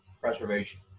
preservation